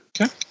Okay